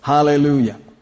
Hallelujah